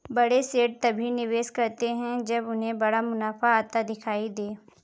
बड़े सेठ तभी निवेश करते हैं जब उन्हें बड़ा मुनाफा आता दिखाई दे